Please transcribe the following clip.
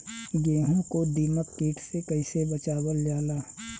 गेहूँ को दिमक किट से कइसे बचावल जाला?